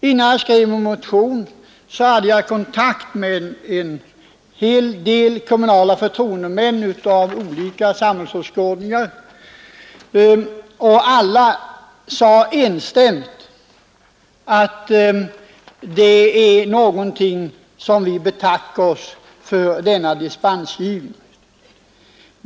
Innan jag väckte min motion hade jag kontakt med en hel del kommunala förtroendemän av olika samhällsåskådningar, och de sade enstämmigt att de betackade sig för denna dispensmöjlighet.